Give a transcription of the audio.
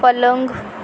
पलंग